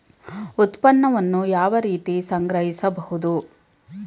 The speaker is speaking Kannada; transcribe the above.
ಉತ್ಪನ್ನವನ್ನು ಯಾವ ರೀತಿ ಸಂಗ್ರಹಿಸಬಹುದು?